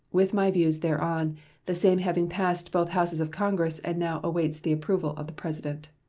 with my views thereon, the same having passed both houses of congress and now awaits the approval of the president.